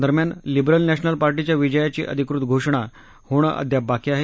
दरम्यान लिबरल नध्याल पार्शिया विजयाची अधिकृत घोषणा होणं अद्याप बाकी हे